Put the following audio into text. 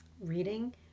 reading